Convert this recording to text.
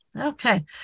Okay